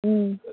ꯎꯝ